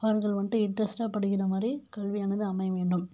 அவர்கள் வந்ட்டு இன்ட்ரெஸ்ட்டாக படிக்கற மாதிரி கல்வியானது அமைய வேண்டும்